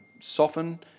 soften